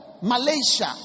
Malaysia